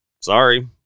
sorry